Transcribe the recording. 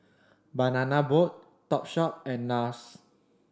Banana Boat Topshop and Nars